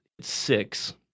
six